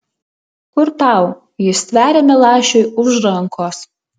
kur tau ji stveria milašiui už rankos